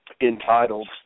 entitled